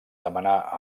demanar